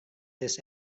this